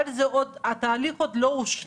אבל התהליך עוד לא הושלם,